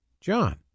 John